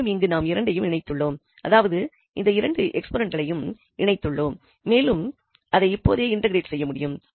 மேலும் இங்கு நாம் இரண்டையும் இணைத்துளோம் அதாவது இந்த இரண்டு எக்ஸ்போனேட்களையும் இணைத்துளோம் மேலும் அதை இப்பொழுதே இன்டெக்ரேட் செய்யமுடியும்